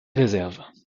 réserves